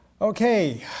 okay